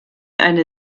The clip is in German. eine